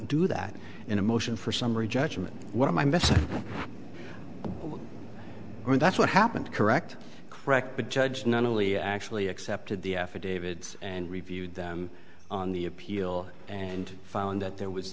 do that in a motion for summary judgment what am i missing that's what happened correct correct but judge not only actually accepted the affidavits and reviewed them on the appeal and found that there was